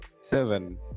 seven